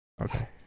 Okay